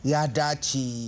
Yadachi